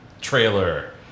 trailer